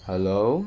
hello